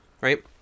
Right